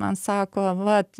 man sako vat